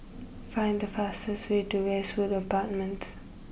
find the fastest way to Westwood Apartments